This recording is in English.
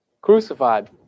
crucified